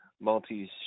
Maltese